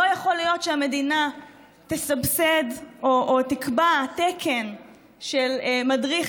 לא יכול להיות שהמדינה תסבסד או תקבע תקן של מדריך